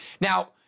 Now